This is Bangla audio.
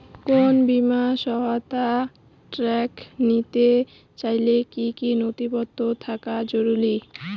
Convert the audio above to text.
কোন বিমার সহায়তায় ট্রাক্টর নিতে চাইলে কী কী নথিপত্র থাকা জরুরি?